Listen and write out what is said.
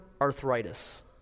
arthritis